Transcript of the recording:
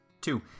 Two